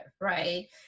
Right